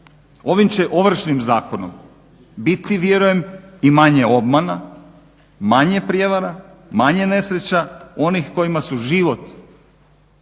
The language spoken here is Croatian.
Ovim će ovršnim zakonom biti vjerujem i manje obmana, manje prijevara, manje nesreća onih kojima su život